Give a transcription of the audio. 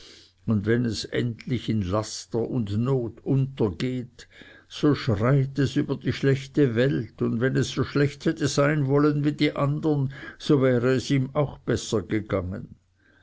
und wenn es endlich in laster und not untergeht so schreit es über die schlechte welt und wenn es so schlecht hätte sein wollen wie die andern so wäre es ihm auch besser ergangen